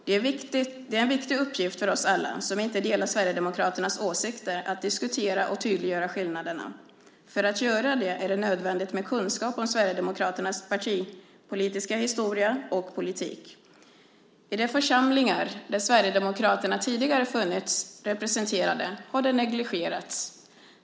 Det är en viktig uppgift för oss alla som inte delar Sverigedemokraternas åsikter att diskutera och tydliggöra skillnaderna. För att göra det är det nödvändigt med kunskap om Sverigedemokraternas partipolitiska historia och politik. I de församlingar där Sverigedemokraterna tidigare funnits representerade har de negligerats.